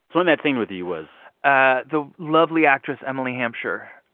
so in that scene with you was. ah the lovely actress emily hampshire,